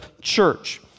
church